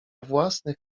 własnych